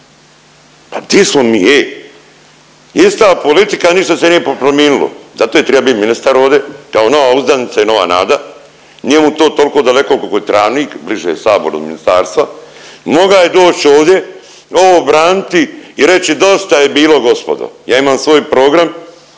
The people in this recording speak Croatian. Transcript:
pa di smo mi ej? Ista politika, a ništa se nije prominilo, zato je triba bit ministar ovdje kao nova uzdanica i nova nada, njemu to toliko daleko koliko je Travnik bliže Saboru od ministarstva moga je doć ovdje ovo braniti i reći dosta je bilo gospodo, ja imam svoj program